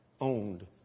owned